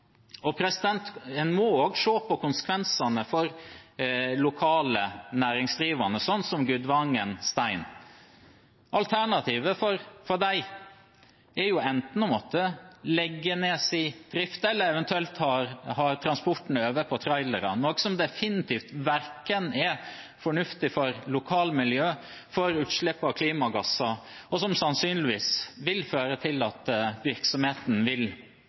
En må også se på konsekvensene for lokale næringsdrivende, som Gudvangen Stein. Alternativet for dem er enten å måtte legge ned driften eller ha transporten over på trailere, noe som definitivt ikke er fornuftig for verken lokalmiljøet eller utslipp av klimagasser, og som sannsynligvis vil føre til at virksomheten vil